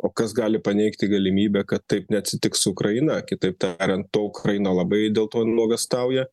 o kas gali paneigti galimybę kad taip neatsitiks su ukraina kitaip tariant to ukraina labai dėl to nuogąstauja